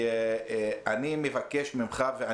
אני מבקש את כל התקציבים, את כל השעות.